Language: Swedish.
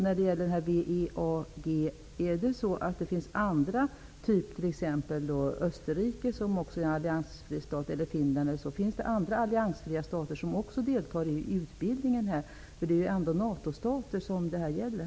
Förekommer det att andra alliansfria stater, t.ex. Österrike och Finland, också deltar i utbildningen? Det här gäller ändock NATO-stater.